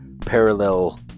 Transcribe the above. parallel